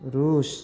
ଋଷ